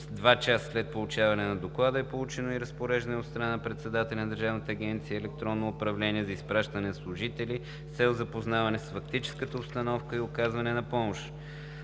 два часа след получаване на Доклада, е получено и разпореждане от председателя на Държавна агенция „Електронно управление“ за изпращане на служители с цел запознаване с фактическата обстановка и оказване на помощ.